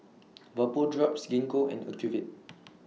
Vapodrops Gingko and Ocuvite